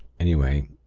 anyway,